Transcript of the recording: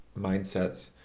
mindsets